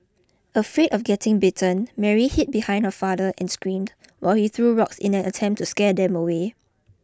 afraid of getting bitten Mary hid behind her father and screamed while he threw rocks in an attempt to scare them away